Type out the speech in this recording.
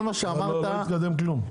--- אז למה לא מתקדם כלום?